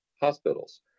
hospitals